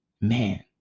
man